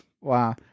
Wow